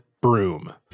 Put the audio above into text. broom